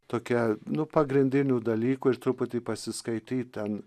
tokią nu pagrindinių dalykų ir truputį pasiskaityt ten